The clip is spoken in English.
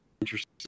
interesting